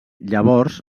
llavors